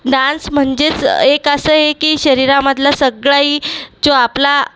dance म्हणजेच एक असं हे की शरीरामधला सगळाही जो आपला